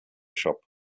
shop